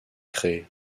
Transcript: créée